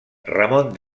ramon